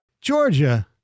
Georgia